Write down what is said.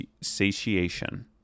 satiation